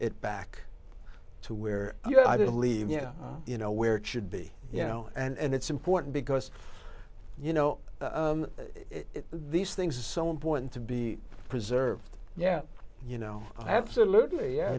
it back to where i did leave yeah you know where it should be you know and it's important because you know these things are so important to be preserved yeah you know absolutely